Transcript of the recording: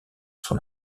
son